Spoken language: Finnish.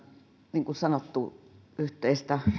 niin kuin sanottu yhteistä